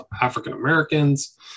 African-Americans